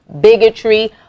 bigotry